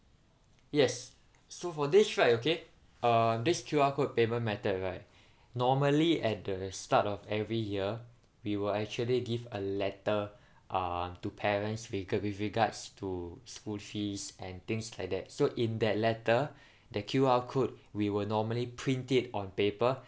yes so for this right okay uh this Q_R code payment method right normally at the start of every year we will actually give a letter uh to parents rega~ with regards to school fees and things like that so in that letter the Q_R code we will normally print it on paper